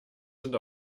sind